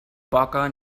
poca